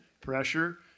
pressure